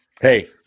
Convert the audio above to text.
Hey